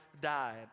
died